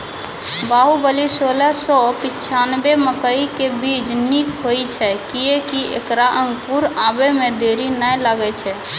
बाहुबली सोलह सौ पिच्छान्यबे मकई के बीज निक होई छै किये की ऐकरा अंकुर आबै मे देरी नैय लागै छै?